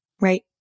right